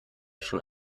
schon